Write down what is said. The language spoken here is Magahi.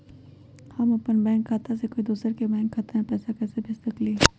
हम अपन बैंक खाता से कोई दोसर के बैंक खाता में पैसा कैसे भेज सकली ह?